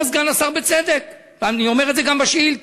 אומר סגן השר, בצדק, ואני אומר את זה גם בשאילתה,